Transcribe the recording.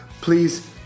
please